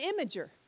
imager